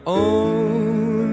own